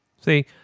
See